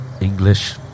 English